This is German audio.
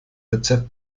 rezept